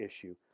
issue